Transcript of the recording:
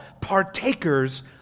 partakers